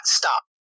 stop